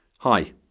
Hi